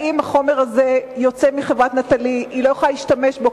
האם החומר הזה יוצא מחברת "נטלי" והיא לא יכולה להשתמש בו?